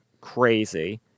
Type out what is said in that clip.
crazy